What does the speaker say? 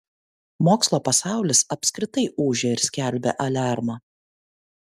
mokslo pasaulis apskritai ūžia ir skelbia aliarmą